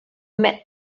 met